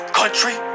country